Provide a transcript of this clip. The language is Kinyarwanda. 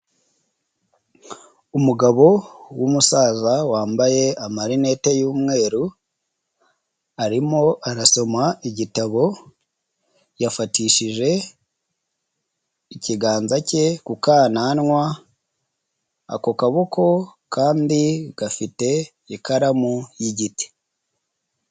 Umugabo w'umusaza wambaye amarinete y'umweru arimo arasoma igitabo, yafatishije ikiganza ke ku kananwa ako kaboko kandi gafite ikaramu y'igiti.